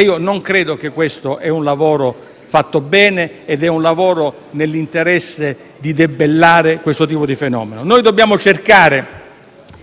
Io non credo che questo sia un lavoro fatto bene e nell'interesse di debellare questo tipo di fenomeno. Noi dobbiamo cercare